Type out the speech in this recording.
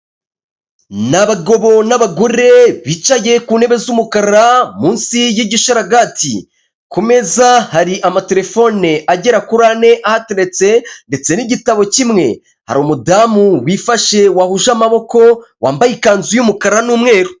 Ni abagabo n'abagore bicaye ku ntebe z'umukara munsi y'igisharagati, ku meza hari amatelefone agera kuri ane ahateretse ndetse n'igitabo kimwe, hari umudamu wifashe wahuje amaboko wambaye ikanzu y'umukara n'umweru.